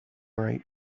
right